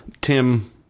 Tim